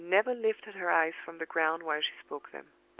she never lifted her eyes from the ground while she spoke them.